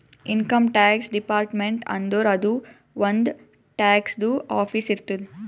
income tax department ಅಂದುರ್ ಅದೂ ಒಂದ್ ಟ್ಯಾಕ್ಸದು ಆಫೀಸ್ ಇರ್ತುದ್